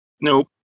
nope